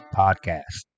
podcast